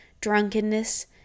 drunkenness